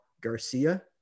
Garcia